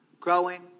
Growing